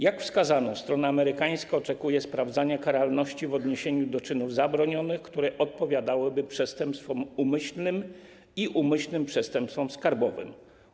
Jak wskazano, strona amerykańska oczekuje sprawdzania karalności w odniesieniu do czynów zabronionych, które odpowiadałyby przestępstwom umyślnym i umyślnym przestępstwom skarbowym.